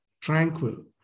tranquil